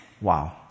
Wow